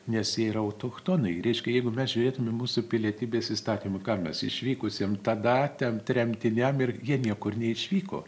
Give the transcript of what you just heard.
nes jie yra autochtonai reiškia jeigu mes žiūrėtumėm mūsų pilietybės įstatymą ką mes išvykusiem tada ten tremtiniam ir jie niekur neišvyko